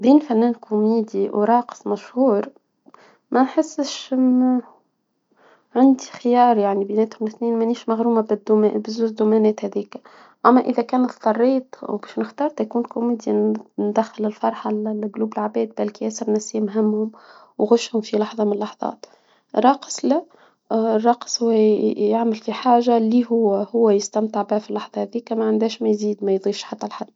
بين فنان كوميدي وراقص مشهور ما احسش انه عندي خيار يعني بيناتهم اثنين مانيش مغرومة هاذيك اما اذا كان اضطريت وباش نختار تا يكون كوميدي ندخل الفرحة لقلوب العباد بالكي الناس لي مهمهم وغشهم في لحظة من اللحظات رقص يعمل في حاجة لي هو هو يستمتع بها في اللحظة ذيكا ما عندهاش ما يزيد ما يضيعش حتى لحد